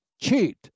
cheat